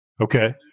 Okay